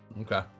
Okay